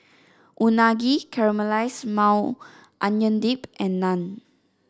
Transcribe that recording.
Unagi Caramelized Maui Onion Dip and Naan